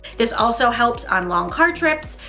this also helps on long car trips.